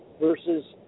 versus